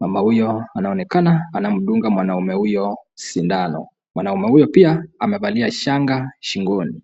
Mama huyo anaonekana anamdunga mwanaume huyo sindano. Mwanaume huyo pia amevalia shanga shingoni.